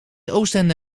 oostende